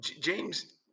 James